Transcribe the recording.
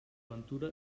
aventura